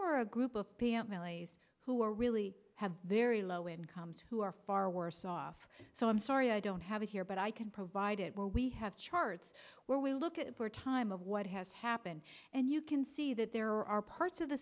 were a group of pm malays who are really have their a low incomes who are far worse off so i'm sorry i don't have it here but i can provide it where we have charts where we look at the time of what has happened and you can see that there are parts of the